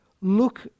look